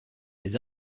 les